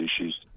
issues